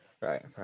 Right